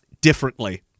differently